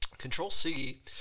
Control-C